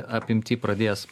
apimty pradės